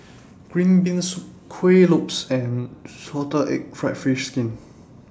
Green Bean Soup Kuih Lopes and Salted Egg Fried Fish Skin